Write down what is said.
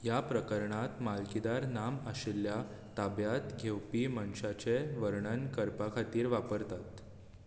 ह्या प्रकरणांत मालकीदार नाम आशिल्ल्या ताब्यांत घेवपी मनशाचें वर्णन करपा खातीर वापरतात